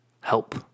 help